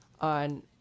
on